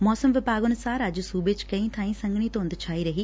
ਮੌਸਮ ਵਿਭਾਗ ਅਨੁਸਾਰ ਅੱਜ ਸੂਬੇ ਚ ਕਈ ਬਾਈ ਸੰਘਣੀ ਧੁੰਦ ਛਾਈ ਰਹੀ